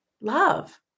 love